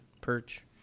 perch